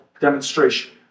demonstration